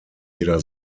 jeder